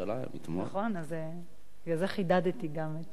נכון, בגלל זה חידדתי גם את בירתנו.